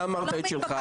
אתה אמרת את שלך.